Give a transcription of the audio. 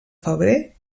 febrer